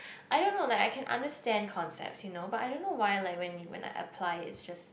I don't know like I can understand concepts you know but I don't know why like when I apply it it's just